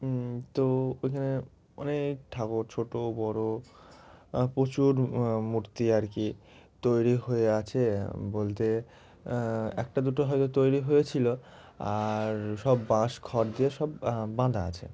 তো ওইখানে অনেক ঠাকুর ছোটো বড়ো প্রচুর মূর্তি আর কি তৈরি হয়ে আছে বলতে একটা দুটো হয়তো তৈরি হয়েছিলো আর সব বাঁশ খড় দিয়ে সব বাঁধা আছে